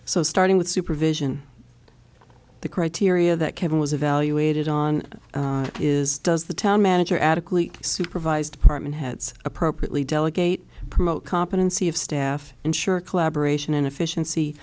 so starting with supervision the criteria that kevin was evaluated on is does the town manager adequately supervise department heads appropriately delegate promote competency of staff ensure collaboration and efficiency